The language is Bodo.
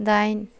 दाइन